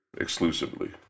exclusively